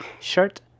shirt